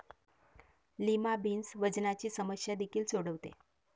lima beans वजनाची समस्या देखील सोडवते